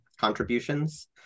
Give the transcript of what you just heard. contributions